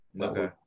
Okay